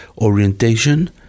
orientation